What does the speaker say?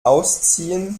ausziehen